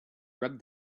rub